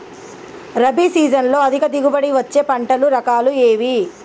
రబీ సీజన్లో అధిక దిగుబడి వచ్చే పంటల రకాలు ఏవి?